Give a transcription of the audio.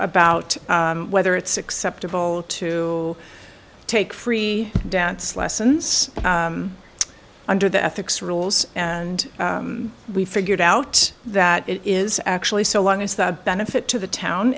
about whether it's acceptable to take free dance lessons under the ethics rules and we figured out that it is actually so long as the benefit to the town